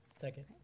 Second